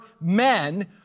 men